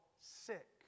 sick